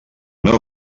meu